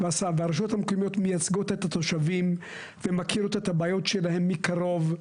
והרשויות המקומיות מייצגות את התושבים ומכירות את הבעיות שלהם מקרוב.